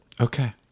Okay